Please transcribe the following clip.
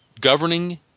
governing